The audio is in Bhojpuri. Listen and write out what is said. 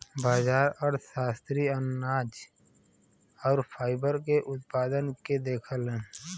बाजार अर्थशास्त्री अनाज आउर फाइबर के उत्पादन के देखलन